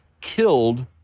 killed